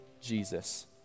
Jesus